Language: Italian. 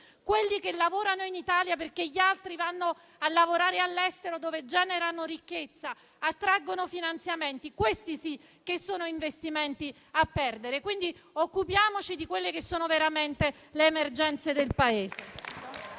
quelli che lavorano in Italia, perché gli altri vanno a lavorare all'estero, dove generano ricchezza e attraggono finanziamenti, questi sì che sono investimenti a perdere. Occupiamoci quindi di quelle che sono veramente le emergenze del Paese.